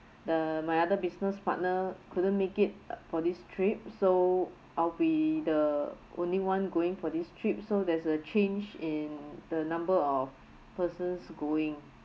the my other business partner couldn't make it for this trip so I'll be the only [one] going for this trip so there's a change in the number of persons going